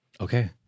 Okay